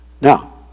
Now